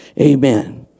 Amen